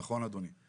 נכון, אדוני.